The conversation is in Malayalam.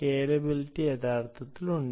സ്കേലബിലിറ്റി യഥാർത്ഥത്തിൽ ഉണ്ട്